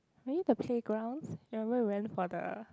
maybe the playgrounds remember we went for the